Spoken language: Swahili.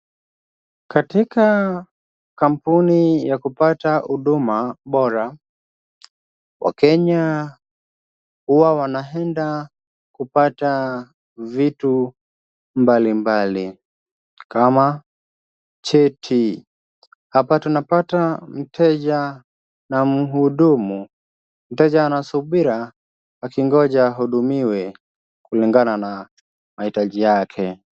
Katika kampuni ya kupata huduma bora, wakenya huwa wanaenda kupata vitu mbalimbali kama cheti. Hapa tunapata mteja na mhudumu, mteja anasubira akingoja ahudumiwe kulingana na mahitaji yake.